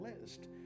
list